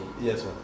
Yes